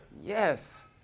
yes